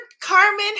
Carmen